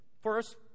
First